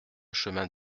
chemin